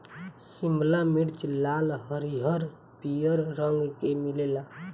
शिमला मिर्च लाल, हरिहर, पियर रंग के मिलेला